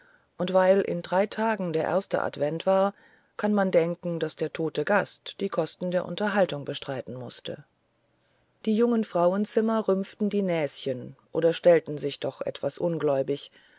und weil in drei tagen der erste advent war kann man denken daß der tote gast die kosten der unterhaltung bestreiten mußte die jungen frauenzimmer rümpften die näschen oder stellten sich doch etwas ungläubig